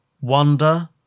wonder